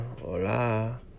hola